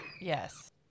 Yes